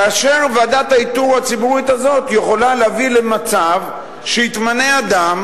וועדת האיתור הציבורית הזאת יכולה להביא למצב שיתמנה אדם